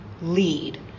lead